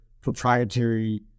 proprietary